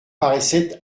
paraissait